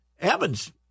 Evans